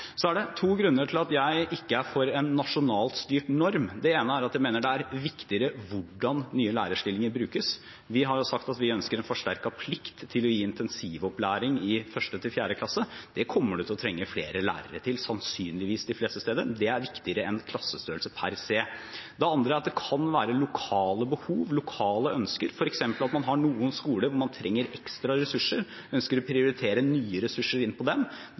Så er det to grunner til at jeg ikke er for en nasjonalt styrt norm. Den ene er at jeg mener det er viktigere hvordan nye lærerstillinger brukes. Vi har sagt at vi ønsker en forsterket plikt til å gi intensivopplæring i 1.–4. klasse. Det kommer det til å trenges flere lærere til, sannsynligvis de fleste steder. Det er viktigere enn klassestørrelse per se. Den andre er at det kan være lokale behov, lokale ønsker, f.eks. at man har noen skoler hvor man trenger ekstra ressurser, ønsker å prioritere nye ressurser inn på dem.